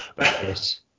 yes